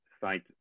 site